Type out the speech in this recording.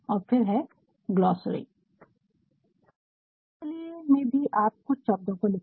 फिर है glossary glossary शब्दावली शब्दावली में भी आप कुछ शब्दों को लिखेंगे